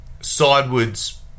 sidewards